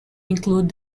include